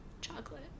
chocolate